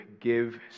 give